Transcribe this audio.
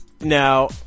Now